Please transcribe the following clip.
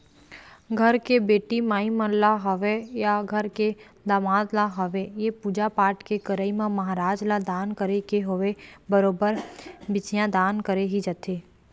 घर के बेटी माई मन ल होवय या घर के दमाद ल होवय या पूजा पाठ के करई म महराज ल दान करे के होवय बरोबर बछिया दान करे ही जाथे